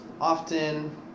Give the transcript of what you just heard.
often